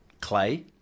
Clay